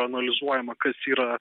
analizuojama kas yra